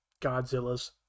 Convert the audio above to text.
Godzillas